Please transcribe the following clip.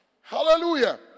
Hallelujah